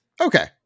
okay